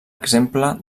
exemple